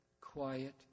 quiet